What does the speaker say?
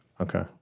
okay